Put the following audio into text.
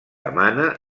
emana